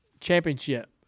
championship